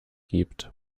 gibt